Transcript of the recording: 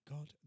God